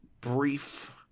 brief